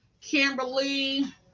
kimberly